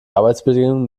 arbeitsbedingungen